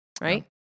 Right